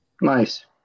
Nice